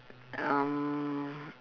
um